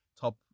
top